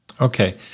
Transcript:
Okay